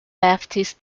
leftist